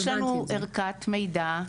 יש לנו ערכת מידע,